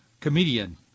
comedian